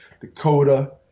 Dakota